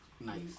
Nice